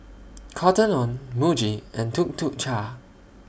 Cotton on Muji and Tuk Tuk Cha